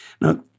Now